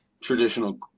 traditional